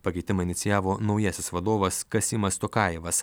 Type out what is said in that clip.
pakeitimą inicijavo naujasis vadovas kasymas tokajevas